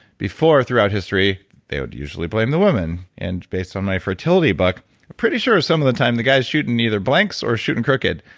before throughout history, they would usually blame the woman! and based on my fertility book pretty sure, some of the time, the guy's shooting either blanks or shooting crooked,